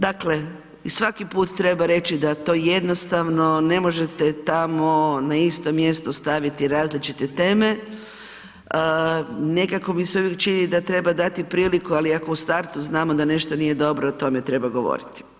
Dakle, svaki put treba reći da to jednostavno ne možete tamo na isto mjesto staviti različite teme, nekako mi se uvijek čini da treba dati priliku ali ako u startu znamo da nešto nije dobro, o tome treba govorit.